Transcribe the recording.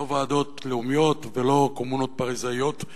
לא ועדות לאומיות ולא קומונות פריסאיות,